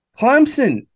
Clemson